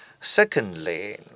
Secondly